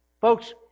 Folks